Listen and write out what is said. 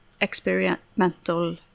experimental